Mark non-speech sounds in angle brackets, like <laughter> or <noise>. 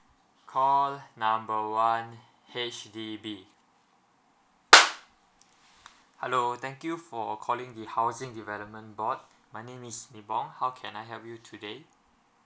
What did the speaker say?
call number one H_D_B <noise> hello thank you for calling the housing development board my name is nibong how can I help you today